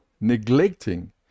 neglecting